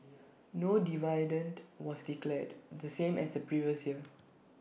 no dividend was declared the same as the previous year